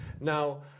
Now